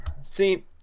See